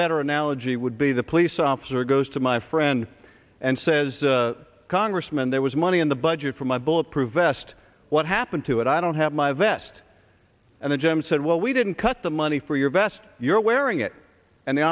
better analogy would be the police officer goes to my friend and says congressman there was money in the budget for my bulletproof vest what happened to it i don't have my vest and the gym said well we do cut the money for your vest you're wearing it and the